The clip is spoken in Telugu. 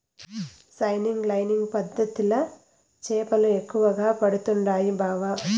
సీనింగ్ లైనింగ్ పద్ధతిల చేపలు ఎక్కువగా పడుతండాయి బావ